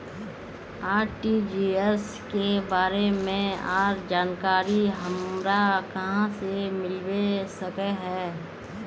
RTGS के बारे में आर जानकारी हमरा कहाँ से मिलबे सके है?